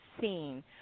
seen